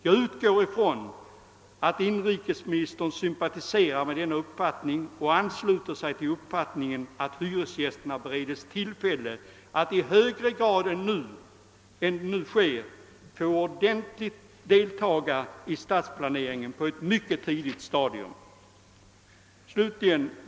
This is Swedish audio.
Jag utgår ifrån att inrikesministern sympatiserar med denna uppfattning och ansluter sig till tanken att hyresgästerna bör beredas tillfälle att i högre grad än nu delta i stadsplaneringen på ett mycket tidigt stadium.